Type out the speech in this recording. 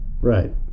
Right